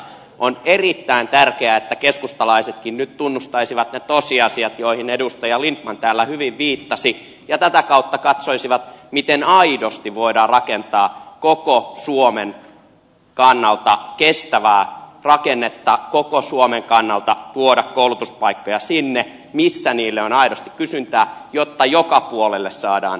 on erittäin tärkeää että keskustalaisetkin nyt tunnustaisivat ne tosiasiat joihin edustaja lindtman täällä hyvin viittasi ja tätä kautta katsoisivat miten aidosti voidaan rakentaa koko suomen kannalta kestävää rakennetta koko suomen kannalta luoda koulutuspaikkoja sinne missä niille on aidosti kysyntää jotta joka puolelle saadaan osaavaa työvoimaa